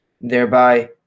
thereby